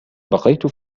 بقيت